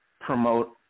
promote